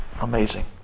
Amazing